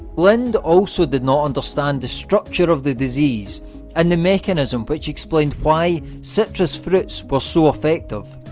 lind also did not understand the structure of the disease and the mechanism which explained why citrus fruits were so effective,